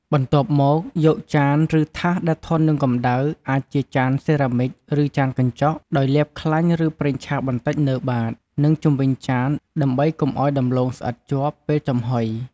បន្ទាប់មក យកចាន ឬថាសដែលធន់នឹងកម្ដៅ អាចជាចានសេរ៉ាមិច ឬចានកញ្ចក់ ដោយលាបខ្លាញ់ ឬប្រេងឆាបន្តិចនៅបាត និងជុំវិញចាន ដើម្បីកុំឱ្យដំឡូងស្អិតជាប់ ពេលចំហុយ។